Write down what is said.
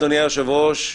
אדוני היושב-ראש,